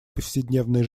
повседневной